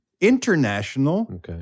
International